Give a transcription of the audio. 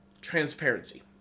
Transparency